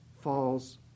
falls